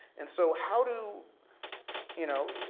and so how do you know